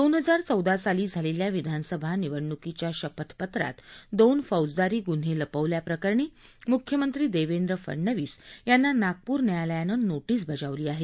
दोन हजार चौदा साली झालेल्या विधानसभा निवडणुकीच्या शपथपत्रात दोन फौजदारी गुन्हे लपवल्या प्रकरणी मुख्यमंत्री देवेंद्र फडनवीस यांना नागपूर न्यायालयानं नोटीस बजावली आहे